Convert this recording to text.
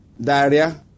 diarrhea